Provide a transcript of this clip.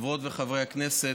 חברות וחברי הכנסת,